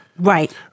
Right